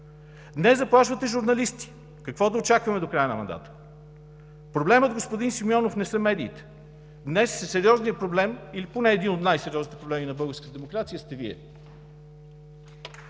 Днес заплашвате журналисти. Какво да очакваме до края на мандата? Проблемът, господин Симеонов, не са медиите. Днес сериозният проблем или поне един от най-сериозните проблеми на българската демокрация сте Вие!